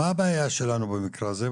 מה הבעיה שלנו במקרה הזה?